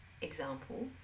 Example